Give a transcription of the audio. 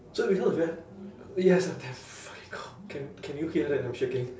so because it's very yes I'm damn fucking cold can can you hear that I'm shaking